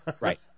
Right